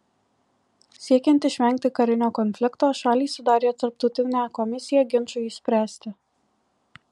siekiant išvengti karinio konflikto šalys sudarė tarptautinę komisiją ginčui išspręsti